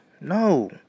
No